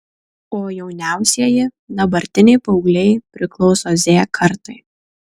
o jauniausieji dabartiniai paaugliai priklauso z kartai